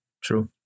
True